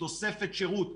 תוספת שירות,